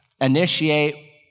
initiate